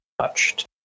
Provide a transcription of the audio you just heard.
touched